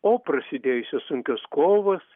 o prasidėjusios sunkios kovos